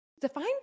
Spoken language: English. Define